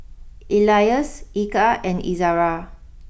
Elyas Eka and Izzara